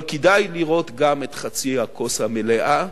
אבל כדאי לראות גם את חצי הכוס המלאה.